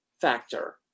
factor